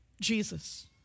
Jesus